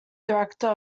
director